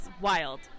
wild